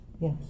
Yes